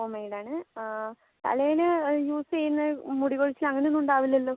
home made ആണ് തലയിൽ use ചെയ്യുന്നത് മുടി കൊഴിച്ചിൽ അങ്ങനെ ഒന്നും ഉണ്ടാവില്ലല്ലോ